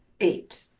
Eight